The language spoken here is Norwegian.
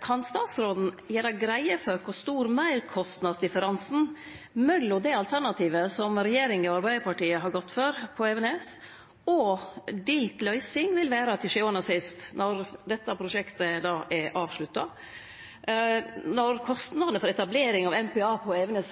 Kan statsråden gjere greie for kor stor meirkostnadsdifferansen mellom alternativet som regjeringa og Arbeidarpartiet har gått inn for på Evenes, og ei delt løysing til sjuande og sist vil verte når dette prosjektet er avslutta – når kostnadene for etablering av MPA på Evenes